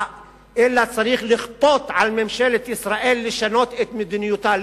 אלא צריך לכפות על ממשלת ישראל לשנות את מדיניותה,